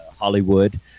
Hollywood